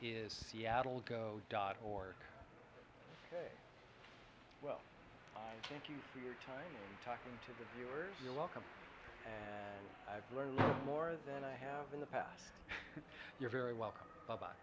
is seattle go dot org well thank you for your time and talking to the viewers you're welcome and i've learned more than i have in the past you're very welcome